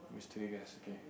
mystery guess okay